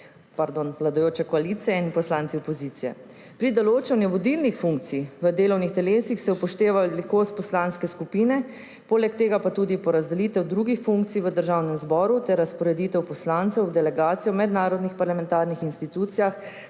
Državnega zbora, ki gre takole: »Pri določanju vodilnih funkcij v delovnih telesih se upošteva velikost poslanske skupine, poleg tega pa tudi porazdelitev drugih funkcij v Državnem zboru ter razporeditev poslancev v delegacijo v mednarodnih parlamentarnih institucijah